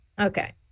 Okay